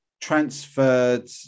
transferred